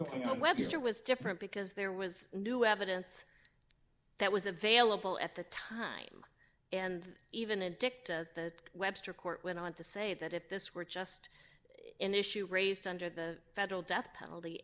know webster was different because there was a new evidence that was available at the time and even addict at the webster court went on to say that if this were just in issue raised under the federal death penalty